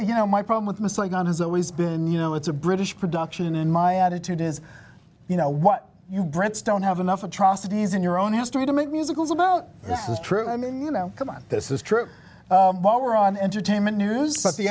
you know my problem with missing on has always been you know it's a british production in my attitude is you know what you brits don't have enough atrocities in your own history to make musicals about this is true i mean you know come on this is true we're on entertainment news but the